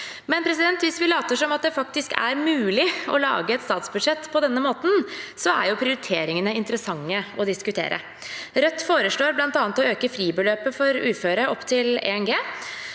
Hvis vi later som det faktisk er mulig å lage et statsbudsjett på denne måten, er jo prioriteringene interessante å diskutere. Rødt foreslår bl.a. å øke fribeløpet for uføre opp til 1 G.